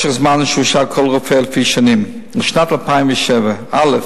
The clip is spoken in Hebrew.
משך הזמן שהושעה כל רופא לפי שנים: בשנת 2007, א.